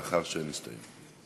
לאחר שהן יסתיימו.